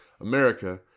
America